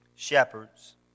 Shepherds